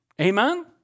Amen